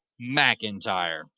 McIntyre